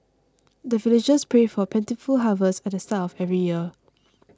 the villagers pray for plentiful harvest at the start of every year